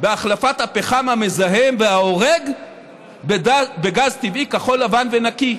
בהחלפת הפחם המזהם וההורג בגז טבעי כחול-לבן ונקי.